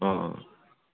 অ' অ'